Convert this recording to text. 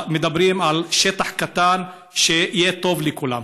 מדברים על שטח קטן שיהיה טוב לכולם.